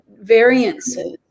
variances